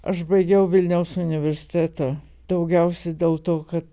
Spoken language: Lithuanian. aš baigiau vilniaus universitetą daugiausiai dėl to kad